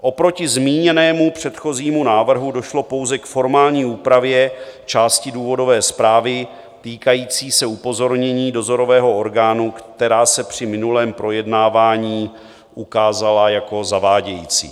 Oproti zmíněnému předchozímu návrhu došlo pouze k formální úpravě části důvodové zprávy týkající se upozornění dozorového orgánu, která se při minulém projednávání ukázala jako zavádějící.